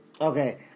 okay